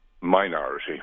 minority